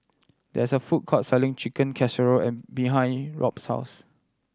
there is a food court selling Chicken Casserole and behind Robb's house